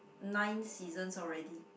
nine seasons already